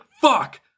fuck